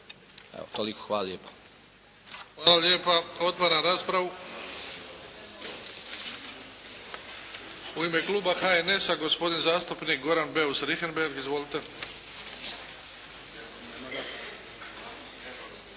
**Bebić, Luka (HDZ)** Hvala lijepa. Otvaram raspravu. U ime kluba HNS-a gospodin zastupnik Goran Beus Richembergh. Izvolite!